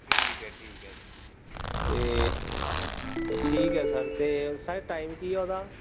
ਠੀਕ ਹੈ ਠੀਕ ਹੈ ਤੇ ਠੀਕ ਹੈ ਸਰ ਅਤੇ ਸਰ ਟਾਈਮ ਕੀ ਆ ਉਹਦਾ